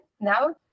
now